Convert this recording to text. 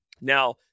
Now